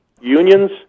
Unions